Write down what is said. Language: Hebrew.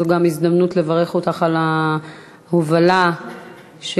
זו גם הזדמנות לברך אותך על ההובלה של